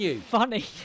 funny